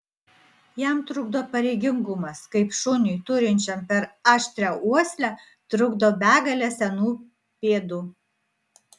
jam trukdo pareigingumas kaip šuniui turinčiam per aštrią uoslę trukdo begalė senų pėdų